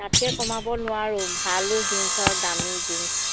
তাতকৈ কমাব নোৱাৰো ভালো জিন্সৰ দামী জিন্স